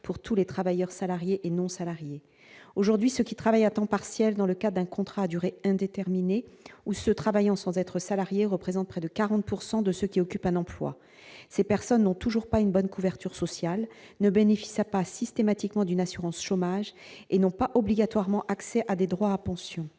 pour tous les travailleurs salariés et non salariés aujourd'hui ceux qui travaillent à temps partiel dans le cas d'un contrat à durée indéterminée ou ceux travaillant sans être salariés représentent près de 40 pourcent de ceux qui occupent un emploi, ces personnes n'ont toujours pas une bonne couverture sociale ne bénéficiera pas systématiquement d'une assurance chômage et non pas obligatoirement accès à des droits à pension,